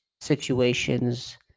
situations